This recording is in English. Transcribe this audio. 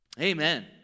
Amen